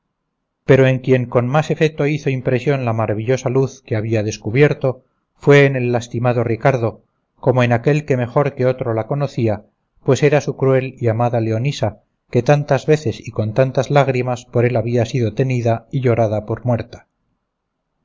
pero en quien con más efeto hizo impresión la maravillosa luz que había descubierto fue en el lastimado ricardo como en aquel que mejor que otro la conocía pues era su cruel y amada leonisa que tantas veces y con tantas lágrimas por él había sido tenida y llorada por muerta